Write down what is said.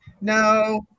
No